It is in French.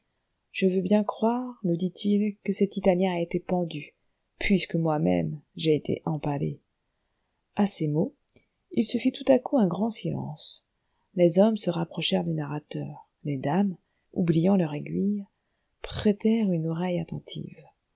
je veux bien croire nous dit-il que cet italien a été pendu puisque moi-même j'ai été empalé à ces mots il se fit tout à coup un grand silence les hommes se rapprochèrent du narrateur les dames oubliant leur aiguille prêtèrent une oreille attentive